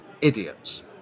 idiots